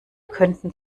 könnten